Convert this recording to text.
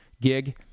gig